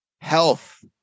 Health